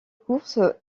courses